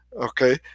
okay